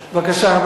בבקשה.